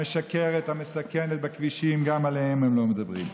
המשכרת, המסכנת בכבישים, גם עליה הם לא מדברים,